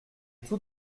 tout